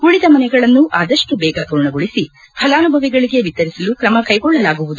ಉಳಿದ ಮನೆಗಳನ್ನು ಆದಷ್ಟು ದೇಗ ಪೂರ್ಣಗೊಳಿಸಿ ಫಲಾನುಭವಿಗಳಿಗೆ ವಿತರಿಸಲು ಕ್ರಮ ಕೈಗೊಳ್ಳಲಾಗುವುದು